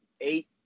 eight